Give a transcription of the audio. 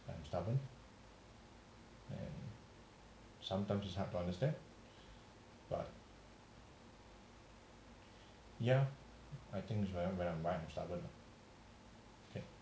I'm stubborn and sometimes it's hard to understand but yeah I think is very very I'm stubborn